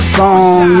song